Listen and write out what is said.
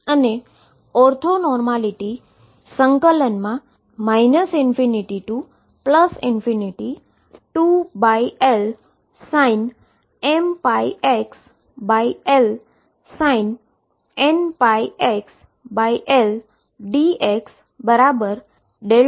અને orthonormality ∞2LsinmπxLsinnπxLdxmn છે તેથી જ્યારે m n છે ત્યારે તે 1 છે